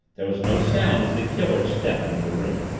there was no sound as the killer stepped into the room.